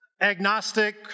agnostic